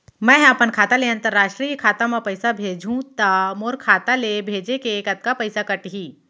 मै ह अपन खाता ले, अंतरराष्ट्रीय खाता मा पइसा भेजहु त मोर खाता ले, भेजे के कतका पइसा कटही?